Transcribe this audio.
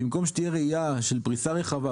במקום תהיה ראייה של פריסה רחבה,